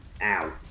out